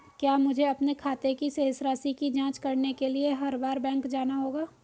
क्या मुझे अपने खाते की शेष राशि की जांच करने के लिए हर बार बैंक जाना होगा?